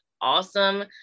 awesome